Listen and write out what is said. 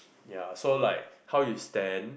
ya so like how you stand